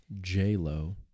J-Lo